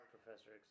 Professor